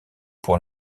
pour